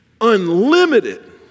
unlimited